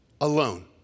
alone